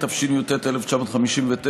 התשי"ט 1959,